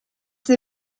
they